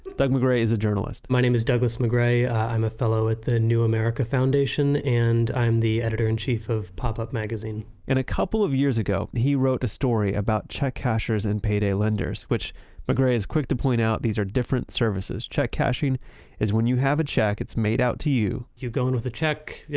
doug mcgray is a journalist my name is douglas mcgray, i'm a fellow at the new american foundation and i am the editor-in-chief of pop-up magazine and a couple of years ago, he wrote a story about check cashers and payday lenders, which mcgray is quick to point out, these are different services. check cashing is when you have a check, it's made out to you you go in with a check, yeah